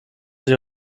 sich